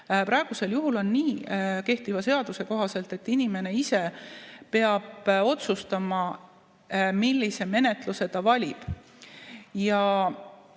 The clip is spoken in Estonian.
Praegusel juhul on kehtiva seaduse kohaselt nii, et inimene ise peab otsustama, millise menetluse ta valib.